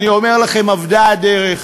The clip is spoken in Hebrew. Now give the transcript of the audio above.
אני אומר לכם: אבדה הדרך,